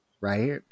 right